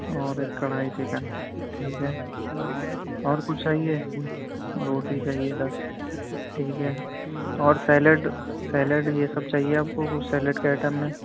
اور ایک کڑھائی چکن ٹھیک ہے اور کچھ چاہیے روٹی چاہیے دس ٹھیک ہے اور سیلیڈ سیلیڈ یہ سب چاہیے آپ کو کچھ سیلیڈ کے آئٹم میں